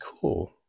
cool